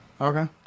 Okay